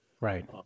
Right